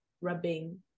rubbing